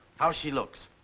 how she looks.